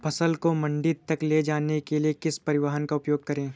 फसल को मंडी तक ले जाने के लिए किस परिवहन का उपयोग करें?